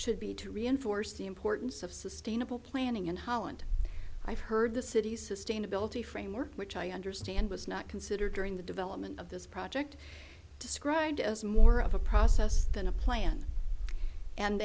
should be to reinforce the importance of sustainable planning in holland i've heard the city's sustainability framework which i understand was not considered during the development of this project described as more of a process than a plan and